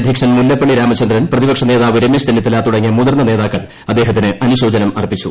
അധ്യക്ഷൻ മുല്ലപ്പള്ളി രാമചന്ദ്രൻ പ്രതിപക്ഷ നേതാവ് രമേശ് ചെന്നിത്തല തുടങ്ങിയ മുതിർന്ന നേത്രാക്കൾ അദ്ദേഹ ത്തിന് അനുശോചനം അർപ്പിച്ചു